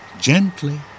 gently